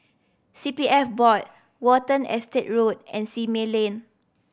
C P F Board Watten Estate Road and Simei Lane